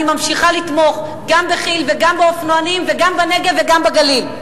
אני ממשיכה לתמוך גם בכי"ל וגם באופנוענים וגם בנגב וגם בגליל,